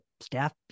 staff